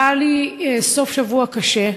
היה לי סוף שבוע קשה,